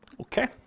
Okay